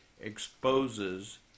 exposes